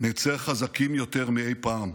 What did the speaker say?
נצא חזקים יותר מאי פעם,